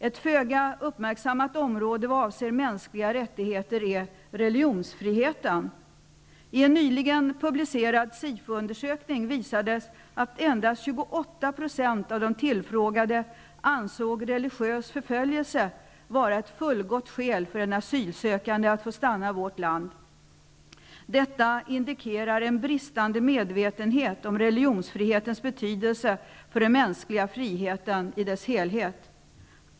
Ett föga uppmärksammat område vad avser mänskliga rättigheter är religionsfriheten. I en nyligen publicerad Sifo-undersökning visades att endast 28 % av de tillfrågade ansåg religiös förföljelse vara ett fullgott skäl för en asylsökande att få stanna i vårt land. Detta indikerar en bristande medvetenhet om religionsfrihetens betydelse för den mänskliga friheten i dess helhet.